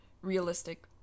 realistic